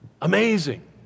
Amazing